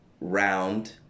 round